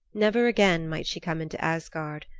never again might she come into asgard.